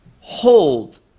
hold